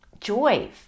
joy